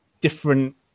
different